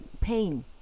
pain